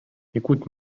écoute